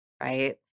Right